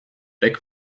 weg